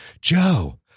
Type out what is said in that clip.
Joe